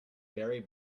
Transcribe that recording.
barry